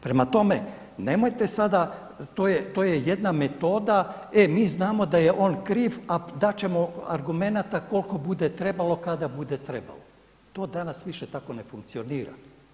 Prema tome, nemojte sada, to je jedna metoda – e mi znamo da je on kriv, a dat ćemo argumenata koliko bude trebalo kada bude trebalo – to danas više tako ne funkcionira.